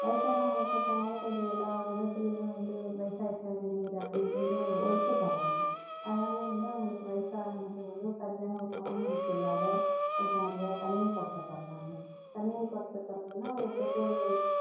வயசானவங்களை எங்கே போனாலும் கொஞ்சம் எல்லா விதத்துலையுமே வந்து வயசாயிச்சா இங்கேயே இரு அப்படின்ட்டு ஒரு ஒதுக்கப்படுறாங்க அதனால் வந்து அவங்களுக்கு வயசானது வந்து ஒரு சரியான ஒரு பராமரிப்பு இல்லாத ஒரு மாதிரியா தனிமைப்படுத்தப்படுறாங்க தனிமைப்படுத்தப்படுறதுனா ஒரு பெற்றோர்கள்